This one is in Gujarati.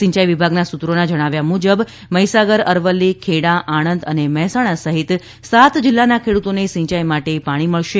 સિયાઇ વિભાગના સૂત્રોના જણાવ્યા મુજબ મહિસાગર અરવલ્લી ખેડા આણંદ અને મહેસાણા સહિત સાત જિલ્લાના ખેડૂતોને સિંચાઇ માટે પાણી મળશે